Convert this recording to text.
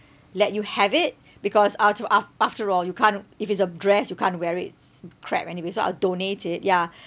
let you have it because aft~ after all you can't if it's a dress you can't wear it it's crap anyway so I'll donate it ya